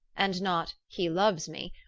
and not he loves me,